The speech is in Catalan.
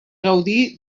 gaudir